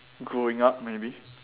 growing up maybe